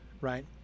right